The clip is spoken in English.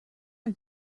are